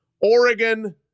Oregon